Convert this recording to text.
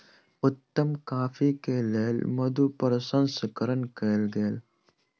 उत्तम कॉफ़ी के लेल मधु प्रसंस्करण कयल गेल